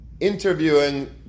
interviewing